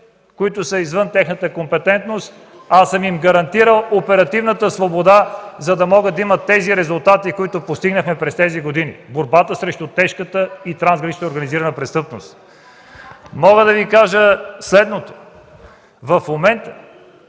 които са извън тяхната компетентност, а съм им гарантирал оперативната свобода, за да могат да имат резултатите, които постигнахме през тези години – борбата срещу тежката и трансгранична организирана престъпност. В момента